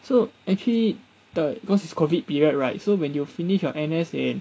so actually the worst COVID period right so when you finish your N_S in